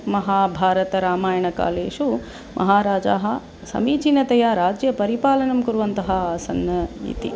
महाभारतरामायणकालेषु महाराजाः समीचीनतया राज्यपरिपालनं कुर्वन्तः आसन् इति